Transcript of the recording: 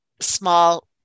small